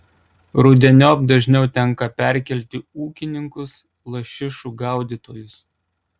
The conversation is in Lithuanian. rudeniop dažniau tenka perkelti ūkininkus lašišų gaudytojus